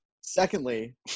Secondly